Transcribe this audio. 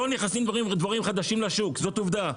לא נכנסים דבוראים חדשים לשוק, זאת עובדה.